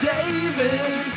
David